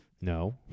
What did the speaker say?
No